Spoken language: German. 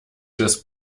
des